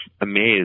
amazed